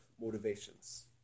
motivations